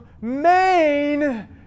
Maine